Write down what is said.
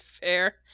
Fair